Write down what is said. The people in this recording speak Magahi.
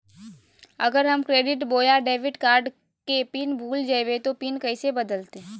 अगर हम क्रेडिट बोया डेबिट कॉर्ड के पिन भूल जइबे तो पिन कैसे बदलते?